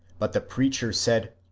but the preacher said,